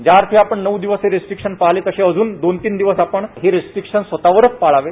ज्याअर्थी आपण नऊ दिवस हे रेस्ट्रीकशन्स पाळाले तसे अजून दोन तीन दिवस अजून हे रेस्ट्रीकशन्स स्वतवरच पाळावे